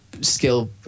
skill